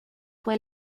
fue